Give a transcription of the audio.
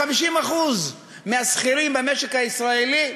50% מהשכירים במשק הישראלי,